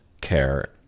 care